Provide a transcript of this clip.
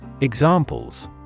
Examples